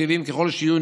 טבעיים ככל שהיו,